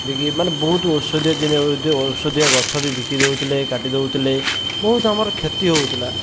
ବିକିକି ମାନେ ବହୁତ ଔଷଧୀୟ ଜିନିଷ ଅ ଦ ଔଷଧୀୟ ଗଛ ବି ବିକି ଦେଉଥିଲେ କାଟି ଦେଉଥିଲେ ବହୁତ ଆମର କ୍ଷତି ହେଉଥିଲା